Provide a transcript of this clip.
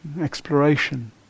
exploration